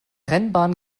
rennbahn